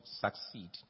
succeed